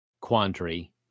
quandary